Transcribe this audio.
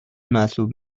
محسوب